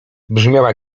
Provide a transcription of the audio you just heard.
brzmiała